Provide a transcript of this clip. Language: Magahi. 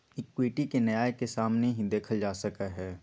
इक्विटी के न्याय के सामने ही देखल जा सका हई